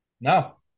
No